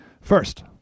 First